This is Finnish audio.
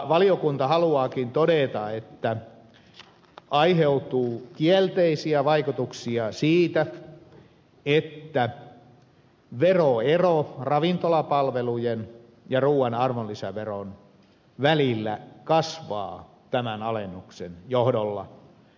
valiokunta haluaakin todeta että kielteisiä vaikutuksia aiheutuu siitä että veroero ravintolapalvelujen ja ruuan arvonlisäveron välillä kasvaa tämän alennuksen johdosta